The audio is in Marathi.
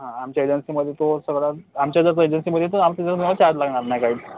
हा आमच्या एजन्सीमध्ये तो सगळं आमच्या जर तो एजन्सीमध्ये लागणार नाही काही